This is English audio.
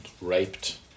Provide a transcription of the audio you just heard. raped